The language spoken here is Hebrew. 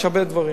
יש הרבה דברים.